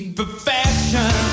perfection